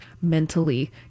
mentally